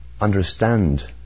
understand